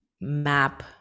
map